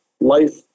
life